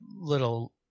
little